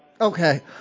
Okay